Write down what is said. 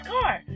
car